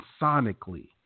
sonically